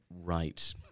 right